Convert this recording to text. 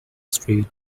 street